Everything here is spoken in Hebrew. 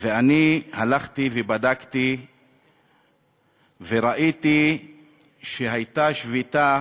ואני הלכתי ובדקתי וראיתי שהייתה שביתה